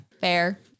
Fair